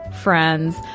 friends